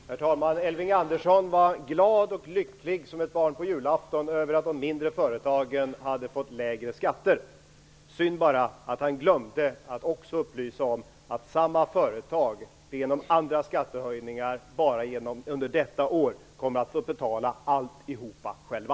Herr talman! Elving Andersson var glad och lycklig som ett barn på julafton över att de mindre företagen har fått lägre skatter. Synd bara att han glömde att också upplysa om att samma företag genom andra skattehöjningar redan detta år kommer att få betala alltihop själva.